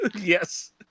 Yes